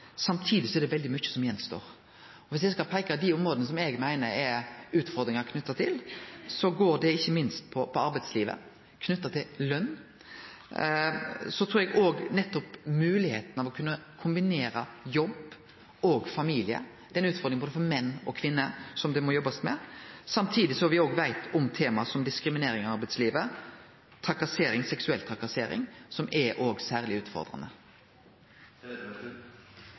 samtidig er det veldig mykje som står att. Om eg skal peike på dei områda som eg meiner det er utfordringar knytt til, gjeld det ikkje minst i arbeidslivet knytt til løn. Så trur eg òg at nettopp det å kunne kombinere jobb og familie er ei utfordring for både menn og kvinner – som det må jobbast med – samtidig som tema som diskrimering i arbeidslivet, trakassering, seksuell trakassering òg er særleg utfordrande.